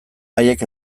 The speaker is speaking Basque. haiek